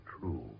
true